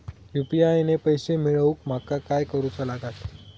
UPI ने पैशे मिळवूक माका काय करूचा लागात?